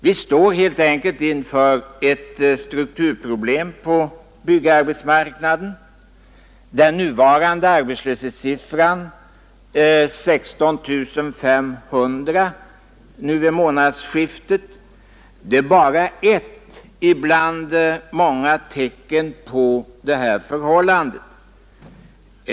Vi står helt enkelt inför ett strukturproblem på byggarbetsmarknaden. Arbetslöshetssiffran vid det senaste månadsskiftet, 16 500, är bara ett av många tecken på detta förhållande.